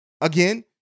Again